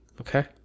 Okay